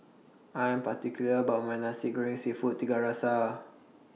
I Am particular about My Nasi Goreng Seafood Tiga Rasa